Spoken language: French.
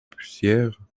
poussière